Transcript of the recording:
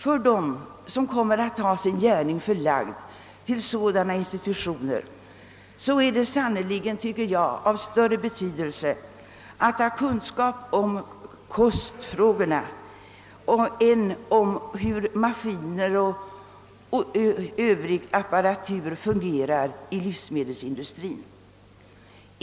För dem som kommer att ha sin gärning förlagd till olika institutioner är det sannerligen enligt min mening av större betydelse att de får kunskaper om kostfrågorna än om hur maskiner och övrig apparatur i livsmedelsindustrin fungerar.